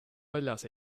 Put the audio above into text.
väljas